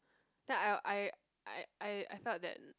then I'll I I I I felt that